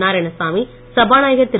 நாராயணசாமி சபாநாயகர் திரு